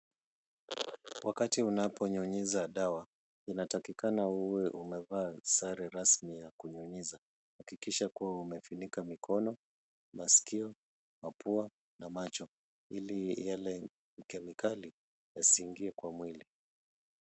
Wakati unaponyunyiza dawa inatakikana uwe umevaa sare rasmi ya kunyunyiza. Hakikisha kuwa umefunika mikono, masikio, mapua na macho ili yale kemikali yasiingie kwa mwili.